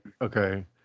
okay